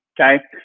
Okay